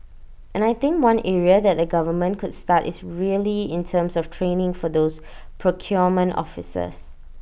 and I think one area that the government could start is really in terms of training for those procurement officers